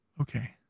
Okay